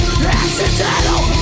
Accidental